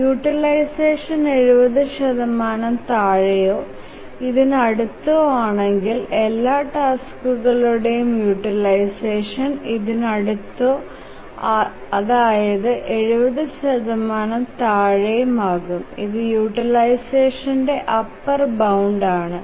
utilisation 70 താഴെയോ ഇതിനു അടുത്തോ ആണെകിൽ എലാ ടാസ്കുകളുടെയും യൂട്ടിലൈസഷൻ ഇതിനു അടുത്തോ അതായതു 70 താഴെ ആകും ഇത് യൂട്ടിലൈസഷൻന്ടെ അപ്പർ ബൌണ്ട് ആണ്